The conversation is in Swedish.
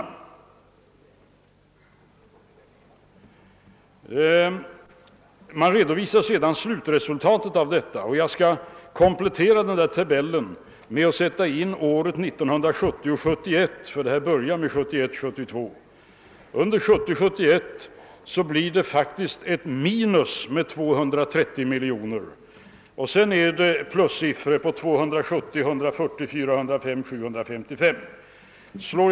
I tabellen redovisas därpå slutresultatet av detta. Jag vill nu komplettera. tabellen med att sätta in året 1970 72. Under 1970/71 blir det faktiskt ett minus med 230 miljoner kronor, men sedan blir det plussiffror på 270, 140, 405 och 755 miljoner.